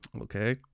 Okay